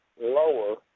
lower